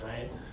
right